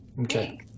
Okay